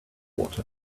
water